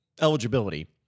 eligibility